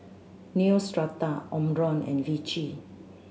Neostrata Omron and Vichy